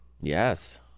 Yes